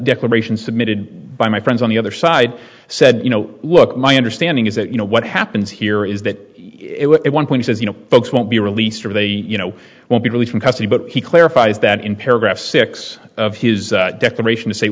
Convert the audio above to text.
declaration submitted by my friends on the other side said you know look my understanding is that you know what happens here is that it was a one point as you know folks won't be released or they you know will be released from custody but he clarifies that in paragraph six of his declaration to say